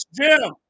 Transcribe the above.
Jim